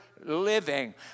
living